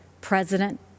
President